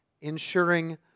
ensuring